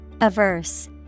Averse